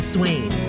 Swain